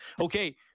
Okay